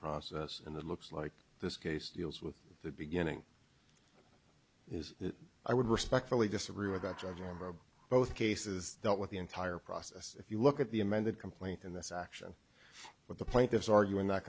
process and it looks like this case deals with the beginning is that i would respectfully disagree with that of your both cases dealt with the entire process if you look at the amended complaint in this action with the plaintiffs arguing that